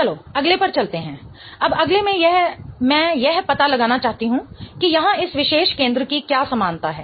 चलो अगले पर चलते हैं अब अगले में मैं यह पता लगाना चाहती हूं कि यहां इस विशेष केंद्र की क्या समानता है